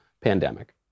pandemic